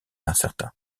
incertain